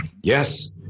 yes